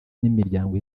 n’imiryango